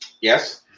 Yes